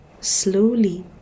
slowly